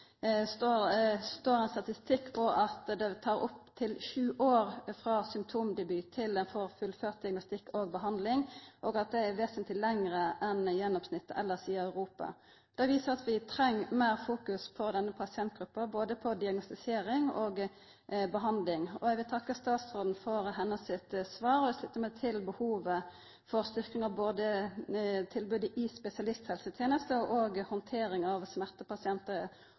står det ein statistikk som viser at det tek opp til sju år frå symptomdebut til ein får fullført diagnostikk og behandling, og at det er vesentleg lenger enn gjennomsnittet elles i Europa. Det viser at vi treng meir fokus på denne pasientgruppa på både diagnostisering og behandling. Eg vil takka statsråden for svaret hennar, og eg sluttar meg til behovet for styrking av både tilbodet i spesialisthelsetenesta og handteringa av smertepasientar